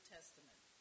Testament